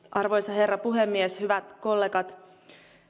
arvoisa herra puhemies hyvät kollegat